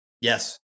Yes